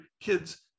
kid's